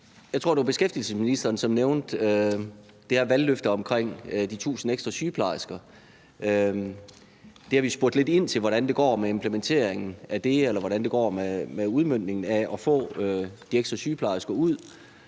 Jeg tror, det var beskæftigelsesministeren, som nævnte det her valgløfte om de 1.000 ekstra sygeplejersker, og vi har spurgt lidt ind til, hvordan det går med implementeringen af det, hvordan det går med udmøntningen af at få de ekstra sygeplejersker ud,